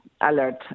alert